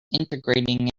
integrating